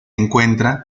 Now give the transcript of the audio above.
encuentra